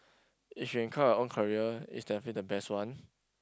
if you can craft your own career it's definitely the best one